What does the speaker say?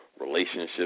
relationship